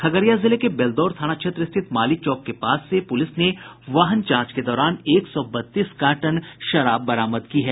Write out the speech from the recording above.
खगड़िया जिले के बेलदौर थाना क्षेत्र स्थित माली चौक के पास से पुलिस ने वाहन जांच के दौरान एक सौ बत्तीस कार्टन शराब बरामद की है